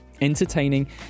entertaining